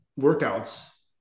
workouts